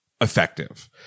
effective